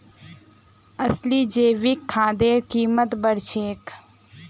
असली जैविक खादेर कीमत बढ़ छेक